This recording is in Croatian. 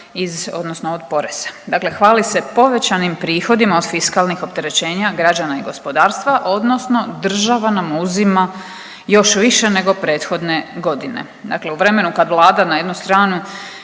odnosno od poreza. Dakle, hvali se povećanim prihodima od fiskalnih opterećenja građana i gospodarstva, odnosno država nam uzima još više nego prethodne godine. Dakle, u vremenu kad Vlada na jednu stranu